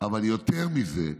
אבל יותר מזה,